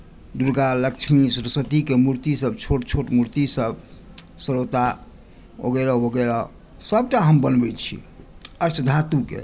दुर्गा लक्ष्मी सरस्वतीकेँ पूजा मुर्ति सभ छोट छोट मुर्ति सभ श्रोता वगैरह वगैरह सभटा हम बनबै छी अष्टधातुके